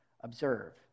observe